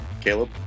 Caleb